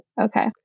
Okay